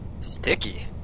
Sticky